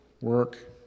work